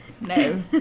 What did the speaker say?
no